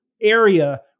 area